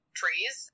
trees